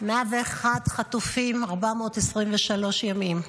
101 חטופים, 423 ימים.